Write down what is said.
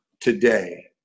today